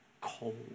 cold